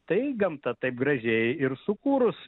tai gamta taip gražiai ir sukūrus